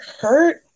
hurt